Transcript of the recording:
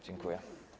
Dziękuję.